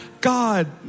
God